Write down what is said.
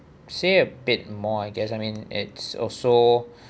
say a bit more I guess I mean it's also